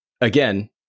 again